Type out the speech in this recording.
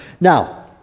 Now